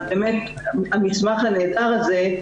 המסמך הנהדר הזה,